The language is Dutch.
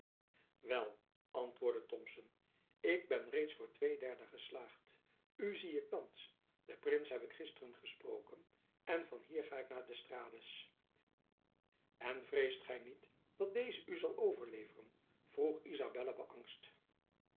wel antwoordde thomson ik ben reeds voor twee derden geslaagd u zie ik thands den prins heb ik gisteren gesproken en van hier ga ik naar d'estrades en vreest gy niet dat deze u zal overleveren vroeg izabella beängst